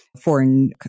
foreign